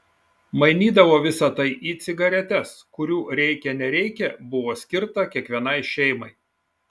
mainydavo visa tai į cigaretes kurių reikia nereikia buvo skirta kiekvienai šeimai